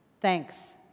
thanks